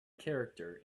character